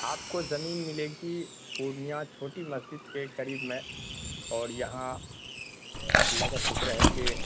آپ کو زمین ملے گی پورنیہ چھوٹی مسجد کے قریب میں اور یہاں اللہ کا شکر ہے کہ